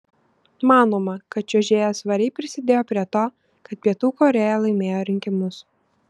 manoma kad čiuožėja svariai prisidėjo prie to kad pietų korėja laimėjo rinkimus